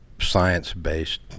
science-based